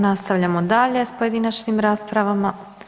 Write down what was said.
Nastavljamo dalje s pojedinačnim raspravama.